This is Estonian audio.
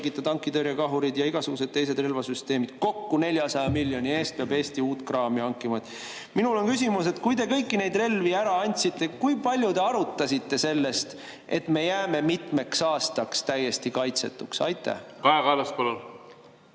tankitõrjekahurid ja igasugused teised relvasüsteemid. Kokku 400 miljoni eest peab Eesti uut kraami hankima. Minul on küsimus: kui te kõiki neid relvi ära andsite, kui palju te arutasite seda, et me jääme mitmeks aastaks täiesti kaitsetuks? Aitäh,